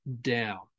down